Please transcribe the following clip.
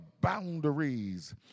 boundaries